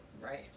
Right